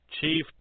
Chief